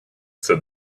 said